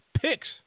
picks